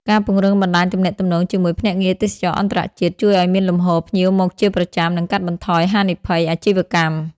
ការពង្រឹងបណ្តាញទំនាក់ទំនងជាមួយភ្នាក់ងារទេសចរណ៍អន្តរជាតិ ជួយឱ្យមានលំហូរភ្ញៀវមកជាប្រចាំ និងកាត់បន្ថយហានិភ័យអាជីវកម្ម។